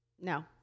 No